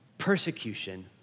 persecution